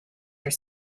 your